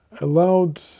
allowed